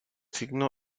signo